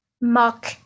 mock